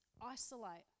Isolate